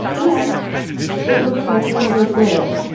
and it looks like silver glitter.